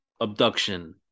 abduction